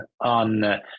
on